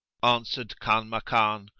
answered kanmakan,